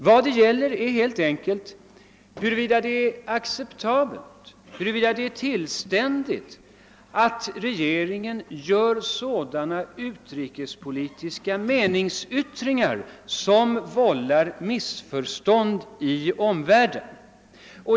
Vad det gäller är helt enkelt huruvida det är acceptabelt eller tillständigt att regeringen gör utrikespolitiska meningsyttringar som vållar missförstånd i omvärlden.